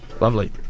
Lovely